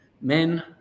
men